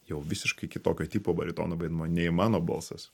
jau visiškai kitokio tipo baritono vaidmuo nei mano balsas